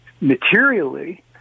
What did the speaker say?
materially